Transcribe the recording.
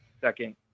second